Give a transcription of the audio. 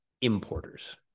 importers